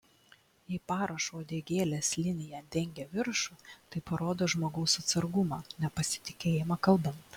jei parašo uodegėlės linija dengia viršų tai parodo žmogaus atsargumą nepasitikėjimą kalbant